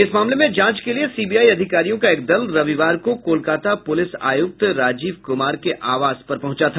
इस मामले में जांच के लिए सीबीआई अधिकारियों का एक दल रविवार को कोलकाता पुलिस आयुक्त राजीव कुमार के आवास पर पहुंचा था